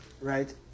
right